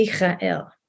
Michael